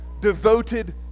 devoted